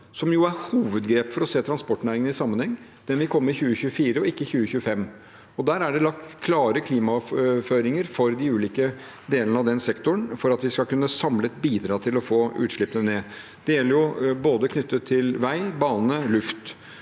som er hovedgrepet for å se transportnæringen i sammenheng. Den vil komme i 2024 og ikke i 2025. Der er det lagt klare klimaføringer for de ulike delene av den sektoren, for at vi skal kunne, samlet, bidra til å få utslippene ned. Det gjelder knyttet til både vei, bane og luft.